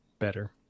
Better